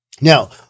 Now